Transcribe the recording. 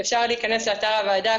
אפשר להיכנס לאתר הוועדה,